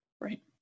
Right